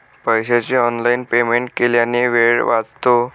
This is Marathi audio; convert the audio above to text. पैशाचे ऑनलाइन पेमेंट केल्याने वेळ वाचतो